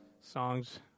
songs